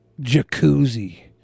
jacuzzi